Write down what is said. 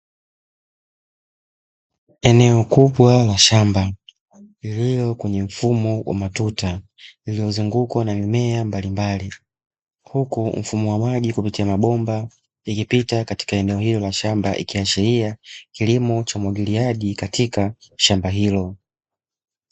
Eneo kubwa la shamba lililo kwenye mfumo wa matuta, lililozungukwa na mimea mbalimbali huku mfumo wa maji kupitia mabomba ukipita katika eneo hilo la shamba ikiashiria kilimo cha umwagiliaji katika shamba hilo.